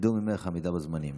ילמדו ממך עמידה בזמנים.